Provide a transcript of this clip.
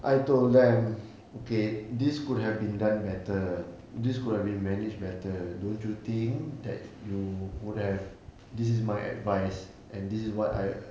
I told them okay this could have been done better this could have been managed better don't you think that you would have this is my advice and this is what I